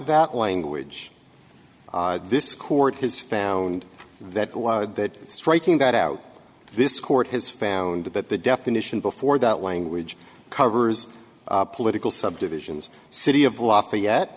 that language this court has found that the law that striking that out this court has found that the definition before that language covers political subdivisions city of lafayette